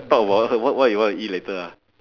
talk about what what you want to eat later ah